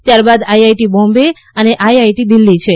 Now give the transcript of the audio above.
ત્યારબાદ આઇઆઇટી બોમ્બે અને આઈઆઈટી દિલ્ફી છે